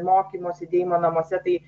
mokymo sėdėjimo namuose tai